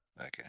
Okay